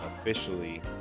Officially